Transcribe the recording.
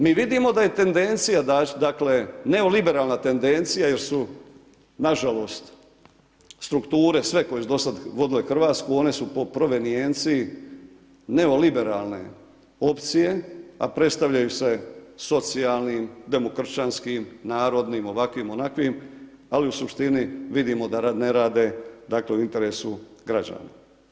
Mi vidimo da je tendencija, dakle, neoliberalna tendencija, jer su nažalost, strukture, sve koje su do sada vodili Hrvatsku, oni su po provjernjenciji neoliberalne opcije, a predstavljaju se socijalnim, demokršćanskim, narodnim, ovakvim, onakvim, ali u suštini, vidimo da ne rade, dakle, u interesu građana.